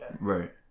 Right